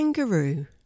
Kangaroo